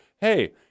hey